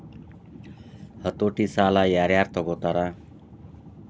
ಹತೋಟಿ ಸಾಲಾ ಯಾರ್ ಯಾರ್ ತಗೊತಾರ?